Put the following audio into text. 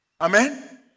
Amen